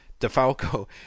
Defalco